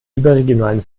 überregionalen